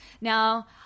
now